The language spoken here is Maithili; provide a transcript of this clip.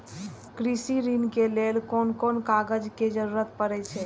कृषि ऋण के लेल कोन कोन कागज के जरुरत परे छै?